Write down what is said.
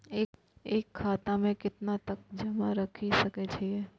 एक खाता में केतना तक जमा राईख सके छिए?